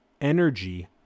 energy